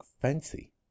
fancy